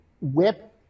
whip